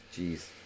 Jeez